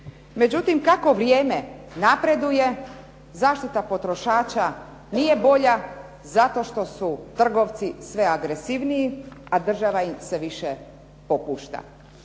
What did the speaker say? Međutim kako vrijeme napreduje, zaštita potrošača nije bolja zato što su trgovci sve agresivniji, a država im sve više popušta.